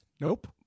nope